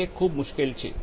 તેથી તે ખૂબ મુશ્કેલ છે